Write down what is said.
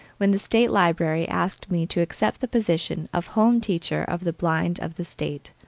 when the state library asked me to accept the position of home teacher of the blind of the state.